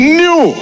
new